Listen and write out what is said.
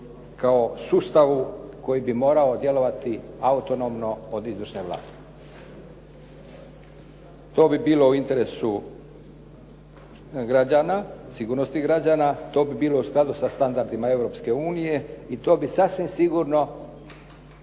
kao sustavu koji bi morao djelovati autonomno od izvršne vlasti. To bi bilo u interesu građana, sigurnosti građana, to bi bilo u skladu sa standardima Europske unije i to bi sasvim sigurno